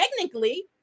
Technically